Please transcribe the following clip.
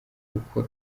kuko